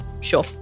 sure